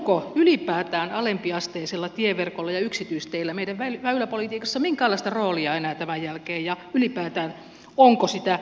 onko ylipäätään alempiasteisella tieverkolla ja yksityisteillä meidän väyläpolitiikassa minkäänlaista roolia enää tämän jälkeen ja onko sitä ylipäätään